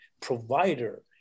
provider